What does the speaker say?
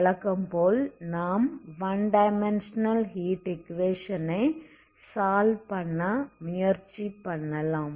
வழக்கம்போல் நாம் 1 dimensional heat equation ஐ சால்வ் பண்ண முயற்சி பண்ணலாம்